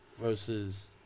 versus